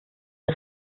die